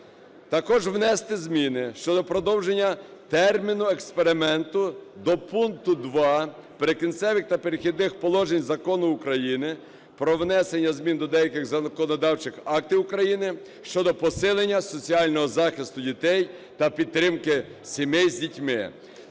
Також внести зміни щодо продовження терміну експерименту до пункту 2 "Прикінцевих та перехідних положень" Закону України "Про внесення змін до деяких законодавчих актів України щодо посилення соціального захисту дітей та підтримки сімей з дітьми",